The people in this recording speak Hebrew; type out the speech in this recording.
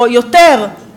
או יותר,